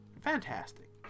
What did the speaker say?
Fantastic